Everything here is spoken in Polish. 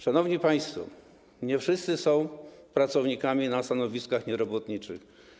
Szanowni państwo, nie wszyscy są pracownikami na stanowiskach nierobotniczych.